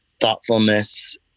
thoughtfulness